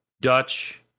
Dutch